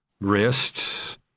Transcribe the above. wrists